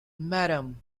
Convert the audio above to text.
madam